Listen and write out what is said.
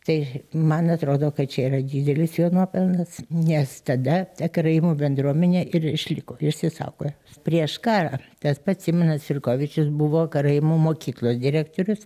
tai man atrodo kad čia yra didelis jo nuopelnas nes tada karaimų bendruomenė ir išliko išsisaugojo prieš karą tas pats simonas firkovičius buvo karaimų mokyklos direktorius